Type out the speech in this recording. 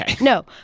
no